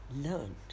learned